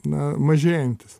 na mažėjantis